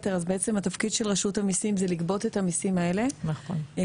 היתר אז התפקיד של רשות המיסים זה לגבות את המיסים האלה ובנוסף,